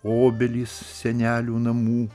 obelys senelių namų